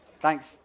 Thanks